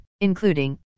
including